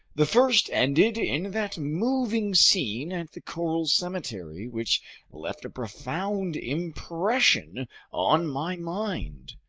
the first ended in that moving scene at the coral cemetery, which left a profound impression on my mind.